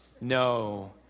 No